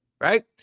Right